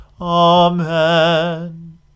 Amen